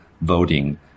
voting